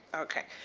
okay.